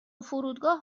فرودگاه